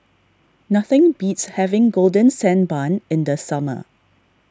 nothing beats having Golden Sand Bun in the summer